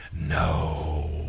No